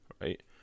right